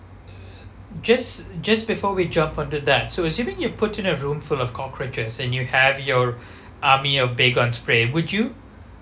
just just before we jump onto that so assuming you put in a room full of cockroaches and you have your army of Baygon spray would you